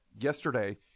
yesterday